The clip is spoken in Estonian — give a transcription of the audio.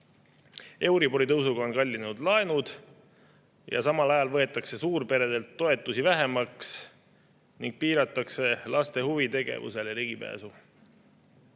Euribori tõusuga on kallinenud laenud, samal ajal võetakse suurperedelt toetusi vähemaks ning piiratakse laste huvitegevusele ligipääsu.